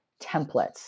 templates